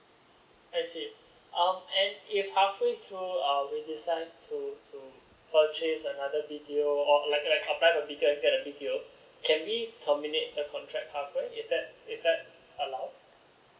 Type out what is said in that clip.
I see um and if halfway through err we decide to to purchase another b t o or like like apply a b t o and get a b t o can we terminate the contract halfway is that is that allowed